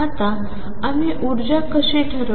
आता आम्ही ऊर्जा कशी ठरवू